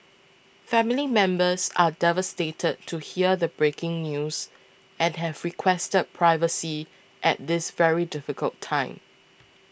family members are devastated to hear the breaking news and have requested privacy at this very difficult time